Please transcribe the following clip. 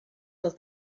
del